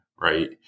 right